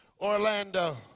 Orlando